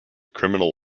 criminal